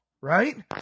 right